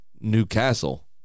newcastle